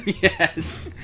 Yes